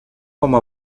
como